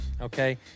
okay